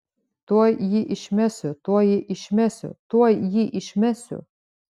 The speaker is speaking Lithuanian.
tuoj jį išmesiu tuoj jį išmesiu tuoj jį išmesiu